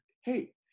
hey